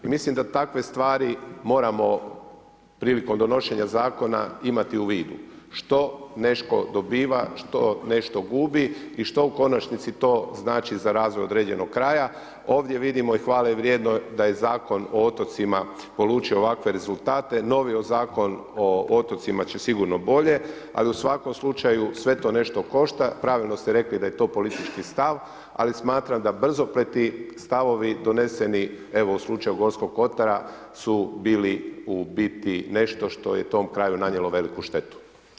I mislim da takve stvari moramo prilikom donošenja zakona imati u vidu, što nešto dobiva, što nešto gubi, i što u konačnici to znači za razvoj određenog kraja, ovdje vidimo i hvalevrijedno da je Zakon o otocima polučio ovakve rezultate, novi Zakon o otocima će sigurno bolje, ali u svakom slučaju sve to nešto košta, pravilno ste rekli da je to politički stav ali smatram da brzopleti stavovi doneseni evo u slučaju Gorskog kotara su bili u biti nešto što je tom kraju nanijelo veliku štetu.